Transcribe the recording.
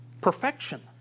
perfection